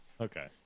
Okay